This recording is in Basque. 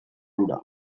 hura